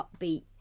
upbeat